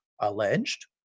alleged